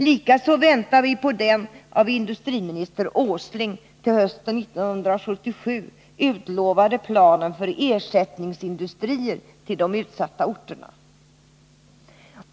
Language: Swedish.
Likaså väntar vi på den av industriminister Åsling till hösten 1977 utlovade planen för ersättningsindustrier till de utsatta orterna.